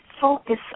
focus